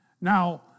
Now